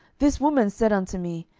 this woman said unto me,